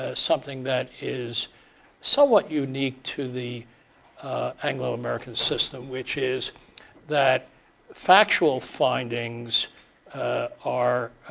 ah something that is somewhat unique to the anglo-american system, which is that factual findings are